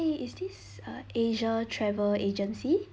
is this uh asia travel agency